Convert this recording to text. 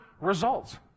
results